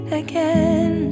again